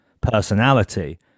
personality